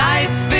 Life